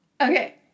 Okay